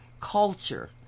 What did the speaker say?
culture